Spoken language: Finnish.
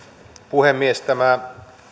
puhemies tämä